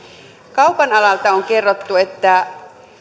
kaupan alalta on kerrottu että